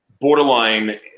Borderline